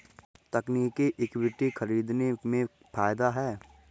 तकनीकी इक्विटी खरीदने में फ़ायदा है